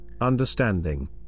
understanding